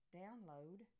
download